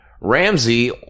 Ramsey